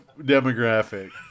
demographic